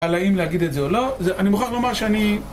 על האם להגיד את זה או לא, אני מוכרח לומר שאני...